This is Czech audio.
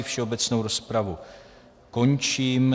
Všeobecnou rozpravu končím.